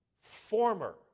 Former